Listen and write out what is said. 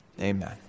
amen